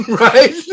Right